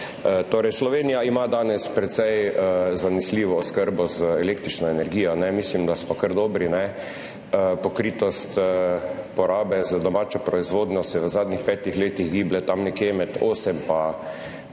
Slovenija ima danes precej zanesljivo oskrbo z električno energijo. Mislim, da smo kar dobri. Pokritost porabe za domačo proizvodnjo se v zadnjih petih letih giblje tam nekje med 8 in